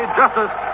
justice